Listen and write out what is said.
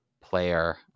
player